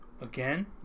Again